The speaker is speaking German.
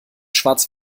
schwarz